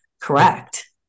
correct